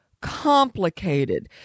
complicated